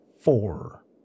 Four